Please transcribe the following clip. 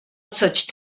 such